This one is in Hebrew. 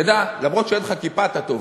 תדע למרות שאין לך כיפה, אתה טוב,